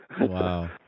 Wow